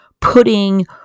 putting